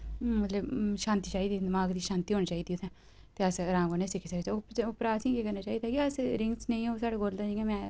मतलब शांति चाहिदी दिमाग दी शांति होनी चाहिदी उत्थै ते अस अराम कन्नै सिक्खी सकचै ते उप्परा उप्परा असें ई केह् करना चाहिदा कि अगर रिंग नेईं होन साढ़े कोल ते जि'यां में